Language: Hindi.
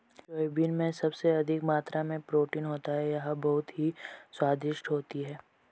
सोयाबीन में सबसे अधिक मात्रा में प्रोटीन होता है यह बहुत ही स्वादिष्ट होती हैं